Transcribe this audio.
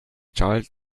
child